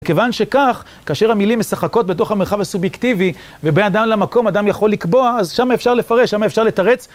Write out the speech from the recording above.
כיוון שכך, כאשר המילים משחקות בתוך המרחב הסובייקטיבי, ובין אדם למקום אדם יכול לקבוע, אז שם אפשר לפרש, שם אפשר לתרץ.